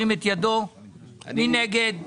מי נגד?